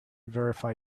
verify